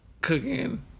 cooking